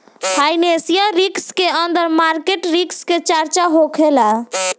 financial risk के अंदर market risk के चर्चा होखेला